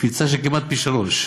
קפיצה של כמעט פי שלושה.